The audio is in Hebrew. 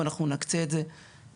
ואנחנו נקצה את זה לרשויות.